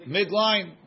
Midline